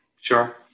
sure